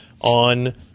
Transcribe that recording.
on